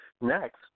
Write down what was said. next